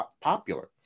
popular